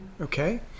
okay